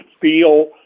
feel